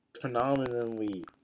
phenomenally